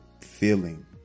feeling